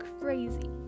crazy